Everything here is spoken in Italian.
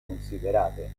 considerate